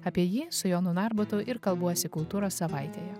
apie jį su jonu narbutu ir kalbuosi kultūros savaitėje